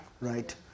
right